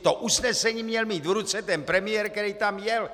To usnesení měl mít v ruce premiér, který tam jel!